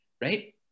right